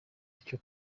icyo